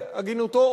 בהגינותו,